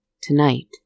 tonight